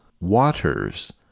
waters